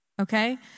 okay